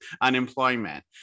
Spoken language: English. unemployment